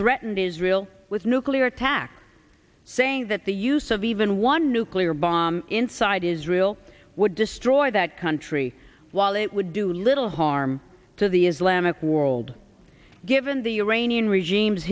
threatened israel with nuclear attack saying that the use of even one nuclear bomb inside israel would destroy that country while it would do little harm to the islamic world given the uranian regimes